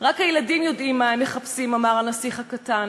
"רק הילדים יודעים מה הם מחפשים", אמר הנסיך הקטן,